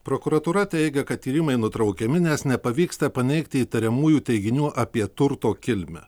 prokuratūra teigia kad tyrimai nutraukiami nes nepavyksta paneigti įtariamųjų teiginių apie turto kilmę